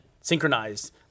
synchronized